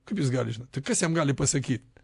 kaip jis gali žinot tai kas jam gali pasakyt